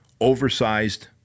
oversized